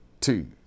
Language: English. two